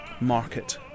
Market